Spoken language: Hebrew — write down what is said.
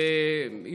בבקשה.